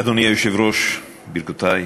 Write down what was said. אדוני היושב-ראש, ברכותי,